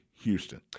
Houston